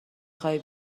خوای